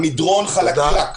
המדרון חלקלק.